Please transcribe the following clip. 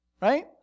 right